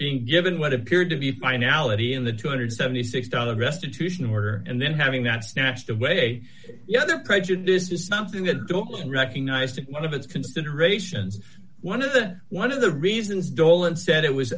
being given what appeared to be finality in the two hundred and seventy six dollars restitution order and then having that snatched away yeah the prejudice is something that don't recognize to one of its considerations one of the one of the reasons dolan said it was